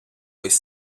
весь